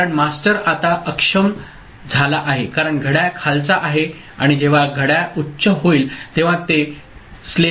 कारण मास्टर आता अक्षम झाला आहे कारण घड्याळ खालचा आहे आणि जेव्हा घड्याळ उच्च होईल तेव्हा ते गुलाम अक्षम होईल